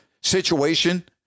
situation